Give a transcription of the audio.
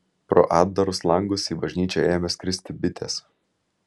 pro atdarus langus į bažnyčią ėmė skristi bitės